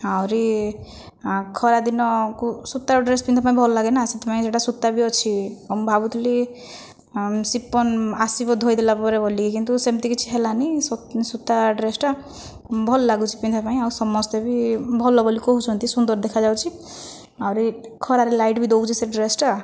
ଆହୁରି ଖରାଦିନକୁ ସୂତା ଡ୍ରେସ୍ ପିନ୍ଧିବା ପାଇଁ ଭଲଲାଗେ ନା ସେଥିପାଇଁ ସେଇଟା ସୂତା ବି ଅଛି ଆଉ ମୁଁ ଭାବୁଥିଲି ସିଫନ ଆସିବ ଧୋଇଦେଲା ପରେ ବୋଲି କିନ୍ତୁ ସେମିତି କିଛି ହେଲାନାହିଁ ସୂତା ଡ୍ରେସ୍ଟା ଭଲଲାଗୁଛି ପିନ୍ଧିବା ପାଇଁ ଆଉ ସମସ୍ତେ ବି ଭଲ ବୋଲି କହୁଛନ୍ତି ସୁନ୍ଦର ଦେଖାଯାଉଛି ଆହୁରି ଖରାରେ ଲାଇଟ୍ ବି ଦେଉଛି ସେ ଡ୍ରେସ୍ଟା